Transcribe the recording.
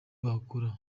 bakora